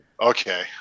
Okay